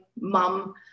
mum